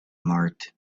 marked